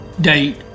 Date